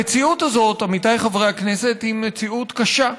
המציאות הזאת, עמיתיי חברי הכנסת, היא מציאות קשה,